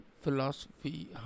philosophy